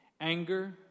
Anger